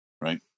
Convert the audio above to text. right